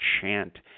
chant